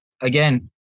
again